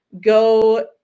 go